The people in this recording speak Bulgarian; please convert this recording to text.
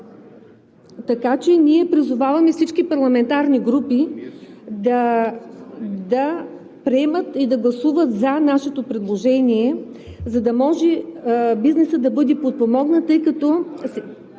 така че ние призоваваме всички парламентарни групи да приемат и да гласуват нашето предложение, за да може бизнесът да бъде подпомогнат, тъй като